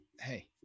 hey